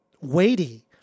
weighty